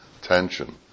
tension